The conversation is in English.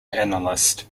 analyst